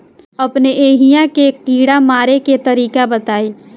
अपने एहिहा के कीड़ा मारे के तरीका बताई?